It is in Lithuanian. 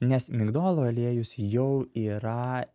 nes migdolų aliejus jau yra